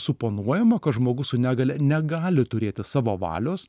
suponuojama kad žmogus su negalia negali turėti savo valios